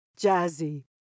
Jazzy